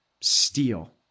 steel